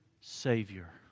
Savior